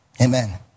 Amen